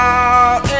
out